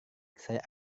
saya